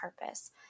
purpose